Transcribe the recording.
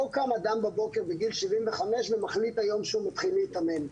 לא קם אדם בבוקר בגיל 75 ומחליט היום שהוא מתחיל להתאמן.